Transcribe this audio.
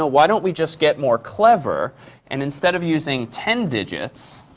ah why don't we just get more clever and instead of using ten digits,